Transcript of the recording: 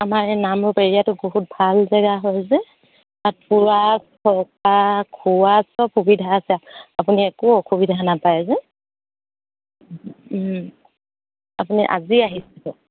আমাৰ এই নামৰূপ এৰিয়াতো বহুত ভাল জেগা হয় যে তাত ফুৰা থকা খোৱা সব সুবিধা আছে আপুনি একো অসুবিধা নাপায় যে আপুনি আজি আহিছে